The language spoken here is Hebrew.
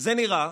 זה נראה